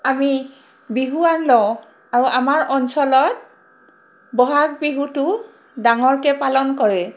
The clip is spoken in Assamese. আমি বিহুৱান লওঁ আৰু আমাৰ অঞ্চলত বহাগ বিহুটো ডাঙৰকৈ পালন কৰে